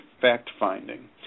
fact-finding